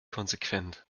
konsequent